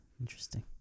Interesting